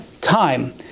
time